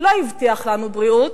לא הבטיח לנו בריאות,